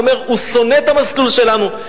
הוא אומר: הוא שונא את המסלול שלנו,